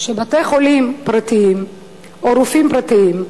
בתי-חולים פרטיים או רופאים פרטיים,